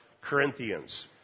Corinthians